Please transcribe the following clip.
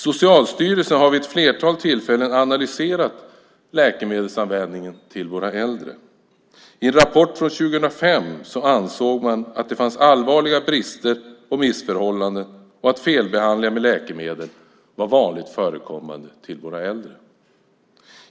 Socialstyrelsen har vid ett flertal tillfällen analyserat läkemedelsanvändningen hos våra äldre. I en rapport från 2005 ansåg man att det fanns allvarliga brister och missförhållanden och att felbehandlingar med läkemedel var vanligt förekommande hos våra äldre.